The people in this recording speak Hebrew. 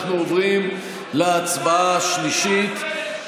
אנחנו עוברים להצבעה השלישית,